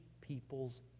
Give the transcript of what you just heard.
people's